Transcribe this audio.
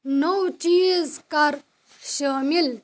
نوٚو چیٖز کَر شٲمِل